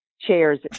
chairs